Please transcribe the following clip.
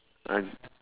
I